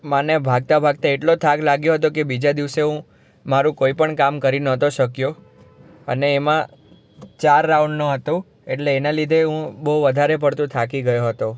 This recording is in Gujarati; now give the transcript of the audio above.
મને ભાગતાં ભાગતાં એટલો થાક લાગ્યો હતો કે બીજા દિવસે હું મારું કોઈપણ કામ કરી નહોતો શક્યો અને એમાં ચાર રાઉન્ડનો હતો એટલે એના લીધે હું બહુ વધારે પડતો થાકી ગયો હતો